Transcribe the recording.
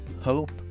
hope